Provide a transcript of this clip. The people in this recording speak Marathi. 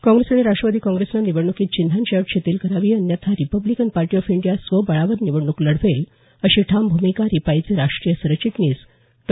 काँग्रेस आणि राष्ट्रवादी काँग्रेसनं निवडणुकीत चिन्हांची अट शिथील करावी अन्यथा रिपब्लिकन पार्टी ऑफ इंडिया स्वबळावर निवडणूक लढवेल अशी ठाम भूमिका रिपाईचे राष्ट्रीय सरचिटणीस डॉ